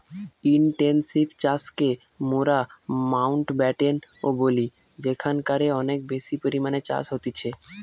intensive চাষকে মোরা মাউন্টব্যাটেন ও বলি যেখানকারে অনেক বেশি পরিমাণে চাষ হতিছে